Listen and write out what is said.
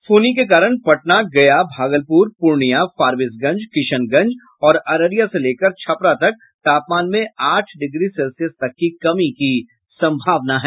फौनी के कारण पटना गया भागलपुर पूर्णिया फारबिसगंज किशनगंज और अररिया से लेकर छपरा तक तापमान में आठ डिग्री सेल्सियस तक की कमी की संभावना है